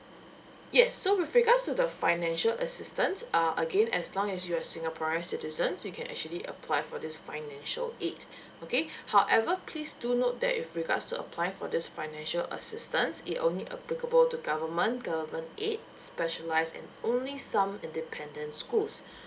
yes so with regards to the financial assistance uh again as long as you're singaporean citizens you can actually apply for this financial aid okay however please do note that with regards to apply for this financial assistance it only applicable to government government aids specialise and only some independent schools